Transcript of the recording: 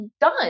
done